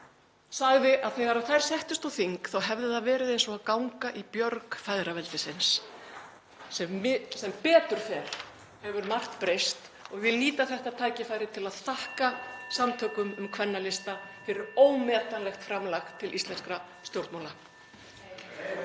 sagði að þegar þær settust á þing þá hefði það verið eins og ganga í björg feðraveldisins. Sem betur fer hefur margt breyst og ég vil nýta þetta tækifæri til að þakka Samtökum um kvennalista fyrir ómetanlegt framlag til íslenskra stjórnmála.